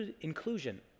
inclusion